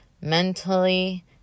Mentally